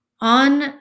On